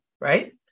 right